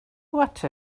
what